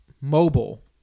mobile